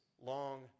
long